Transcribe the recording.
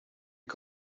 you